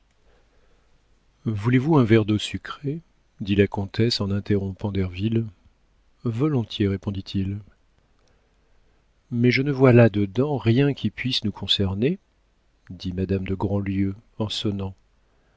voulez-vous un verre d'eau sucrée dit la vicomtesse en interrompant derville volontiers répondit-il mais je ne vois là-dedans rien qui puisse nous concerner dit madame de grandlieu en sonnant